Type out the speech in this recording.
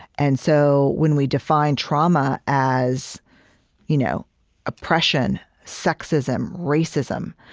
and so when we define trauma as you know oppression, sexism, racism,